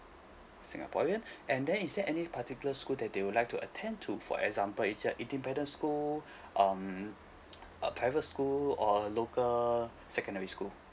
singaporean and then is there any particular school that they would like to attend to for example it's just independent school um uh private school or local secondary school